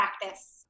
practice